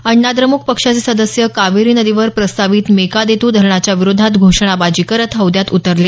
अण्णाद्रम्क पक्षाचे सदस्य कावेरी नदीवर प्रस्तावित मेकादेत् धरणाच्या विरोधात घोषणाबाजी करत हौद्यात उतरले